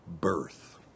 birth